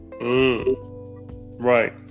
Right